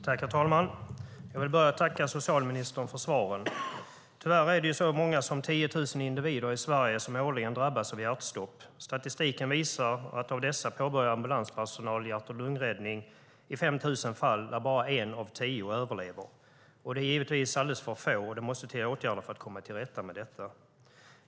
Herr talman! Jag vill tacka socialministern för svaren! Tyvärr är det så många som 10 000 individer i Sverige som årligen drabbas av hjärtstopp. Statistiken visar att av dessa påbörjar ambulanspersonal hjärt-lungräddning i 5 000 fall där bara en av tio överlever. Det är givetvis alldeles för få, och det måste till åtgärder för att komma till rätta med detta.